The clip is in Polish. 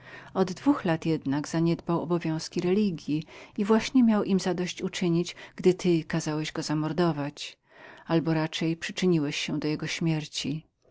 od dwóch lat jednak zaniedbał obowiązków religji i już miał im zadość uczynić gdy ty kazałeś go zamordować albo raczej przyczyniłeś się do jego śmierci